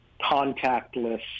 contactless